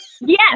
yes